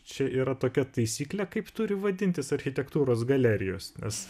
čia yra tokia taisyklė kaip turi vadintis architektūros galerijos nes